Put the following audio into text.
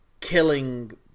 killing